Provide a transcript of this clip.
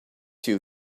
two